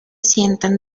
sientan